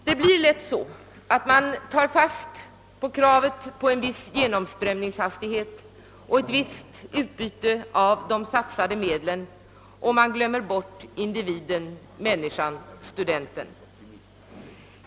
Det blir lätt så, att man tar fasta på kravet på en viss genomströmningshastighet och ett visst utbyte av de medel som satsas. Man glömmer bort individen-människan-studenten.